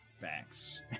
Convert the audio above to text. Facts